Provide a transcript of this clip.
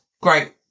great